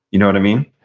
you know what i mean?